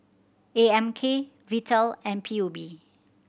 A M K Vital and P U B